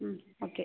ம் ஓகே